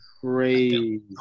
Crazy